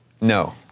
No